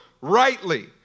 Rightly